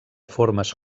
formes